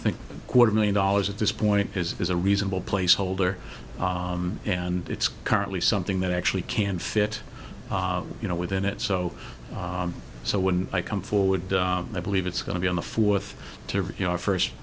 think quarter million dollars at this point is a reasonable placeholder and it's currently something that actually can fit you know within it so so when i come forward i believe it's going to be on the fourth to your first